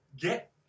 get